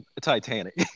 Titanic